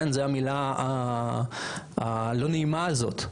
זו המילה הלא נעימה הזאת,